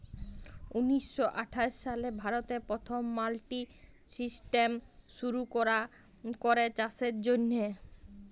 উনিশ শ আঠাশ সালে ভারতে পথম মাল্ডি সিস্টেম শুরু ক্যরা চাষের জ্যনহে